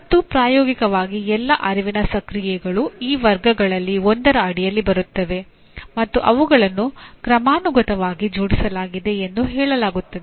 ಮತ್ತು ಪ್ರಾಯೋಗಿಕವಾಗಿ ಎಲ್ಲಾ ಅರಿವಿನ ಸಕ್ರಿಯಗಳು ಈ ವರ್ಗಗಳಲ್ಲಿ ಒಂದರ ಅಡಿಯಲ್ಲಿ ಬರುತ್ತದೆ ಮತ್ತು ಅವುಗಳನ್ನು ಕ್ರಮಾನುಗತವಾಗಿ ಜೋಡಿಸಲಾಗಿದೆ ಎಂದು ಹೇಳಲಾಗುತ್ತದೆ